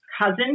cousin